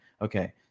Okay